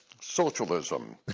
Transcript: socialism